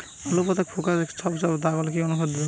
আলুর পাতা ফেকাসে ছোপদাগ হলে কি অনুখাদ্য দেবো?